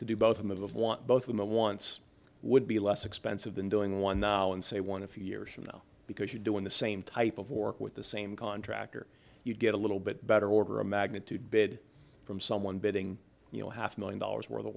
want both of them once would be less expensive than doing one now and say one a few years from now because you're doing the same type of work with the same contractor you get a little bit better order of magnitude bid from someone bidding you know half a million dollars worth of